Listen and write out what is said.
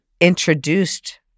introduced